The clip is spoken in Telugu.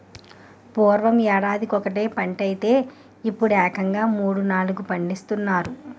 పూర్వం యేడాదికొకటే పంటైతే యిప్పుడేకంగా మూడూ, నాలుగూ పండిస్తున్నారు